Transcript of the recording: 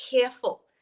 careful